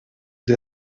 sie